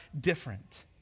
different